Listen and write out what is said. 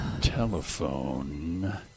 telephone